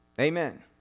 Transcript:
Amen